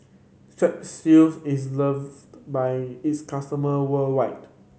strepsils is loved by its customer worldwide